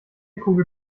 kugel